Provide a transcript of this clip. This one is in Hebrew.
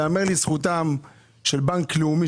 יאמר לזכותם של בנק לאומי,